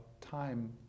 time